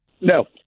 No